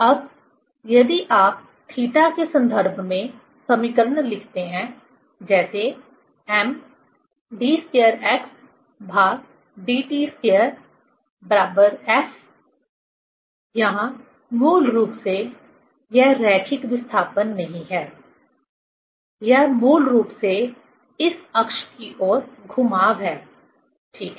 अब यदि आप थीटा के संदर्भ में समीकरण लिखते हैं जैसे md2xdt2 F यहाँ मूल रूप से यह रैखिक विस्थापन नहीं है यह मूल रूप से इस अक्ष की ओर घुमाव है ठीक है